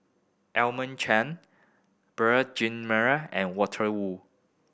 Edmund Chen Beurel Jean Marie and Walter Woon